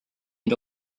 end